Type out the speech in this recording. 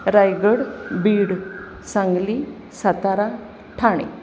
Raigad Beed Sangli Satara Thane